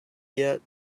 yet